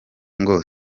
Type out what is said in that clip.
ngo